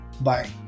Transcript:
bye